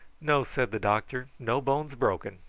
no, said the doctor. no bones broken.